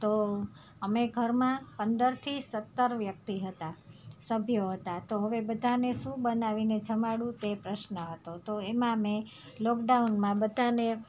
તો અમે ઘરમાં પંદરથી સત્તર વ્યક્તિ હતા સભ્યો હતા તો હવે બધાને શું બનાવીને જમાડું તે પ્રશ્ન હતો તો એમાં મેં લોકડાઉનમાં બધાને